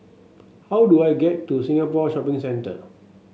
how do I get to Singapore Shopping Centre